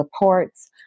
reports